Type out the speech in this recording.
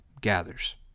gathers